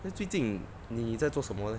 then 最近你在做什么 leh